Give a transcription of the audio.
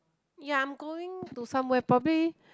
ya I'm going to somewhere probably